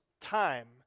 time